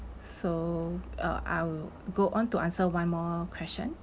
so uh I'll go on to answer one more question